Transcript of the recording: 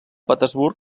petersburg